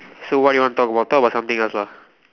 so what you want to talk about talk about something else lah